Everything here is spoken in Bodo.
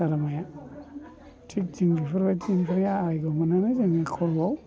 गारामाया थिख बेफोरबायदिनिफ्राय आरायग' मोनो खर'आव